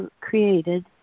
created